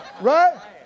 right